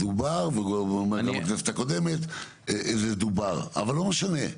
דובר, והוא אומר גם בכנסת הקודמת אבל לא משנה.